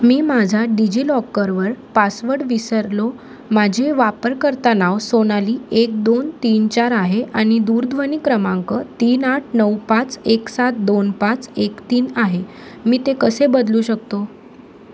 मी माझा डिजिलॉकरवर पासवर्ड विसरलो माझे वापरकर्ता नाव सोनाली एक दोन तीन चार आहे आणि दूरध्वनी क्रमांक तीन आठ नऊ पाच एक सात दोन पाच एक तीन आहे मी ते कसे बदलू शकतो